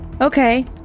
Okay